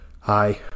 Hi